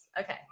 Okay